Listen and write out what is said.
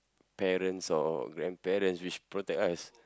parents or grandparents which protect us